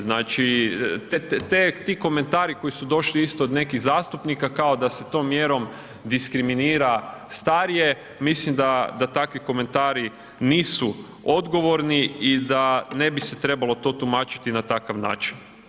Znači, ti komentari koji su došli isto od nekih zastupnika kao da se tom mjerom diskriminira starije, mislim da takvi komentari nisu odgovorni i da ne bi se trebalo to tumačiti na takav način.